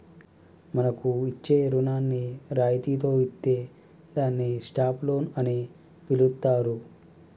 మనకు ఇచ్చే రుణాన్ని రాయితితో ఇత్తే దాన్ని స్టాప్ లోన్ అని పిలుత్తారు